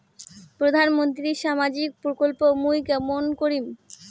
প্রধান মন্ত্রীর সামাজিক প্রকল্প মুই কেমন করিম?